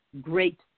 great